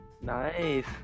Nice